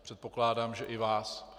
Předpokládám, že i vás.